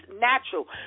natural